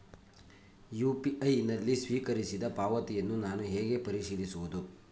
UPI ನಲ್ಲಿ ಸ್ವೀಕರಿಸಿದ ಪಾವತಿಗಳನ್ನು ನಾನು ಹೇಗೆ ಪರಿಶೀಲಿಸುವುದು?